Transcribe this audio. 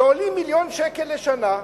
שעולים מיליון שקל לשנה.